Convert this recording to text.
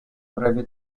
breve